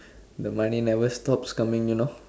the money never stops coming you know